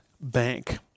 Bank